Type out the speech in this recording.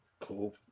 cool